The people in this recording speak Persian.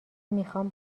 میخوام